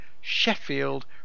Sheffield